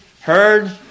heard